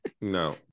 No